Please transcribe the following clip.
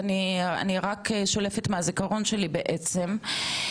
ואני רק שולפת מהזיכרון שלי בעצם,